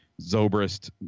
Zobrist